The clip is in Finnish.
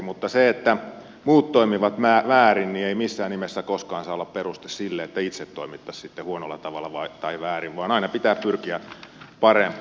mutta se että muut toimivat väärin ei missään nimessä koskaan saa olla peruste sille että itse toimisimme sitten huonolla tavalla tai väärin vaan aina pitää pyrkiä parempaan